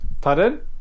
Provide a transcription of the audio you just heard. pardon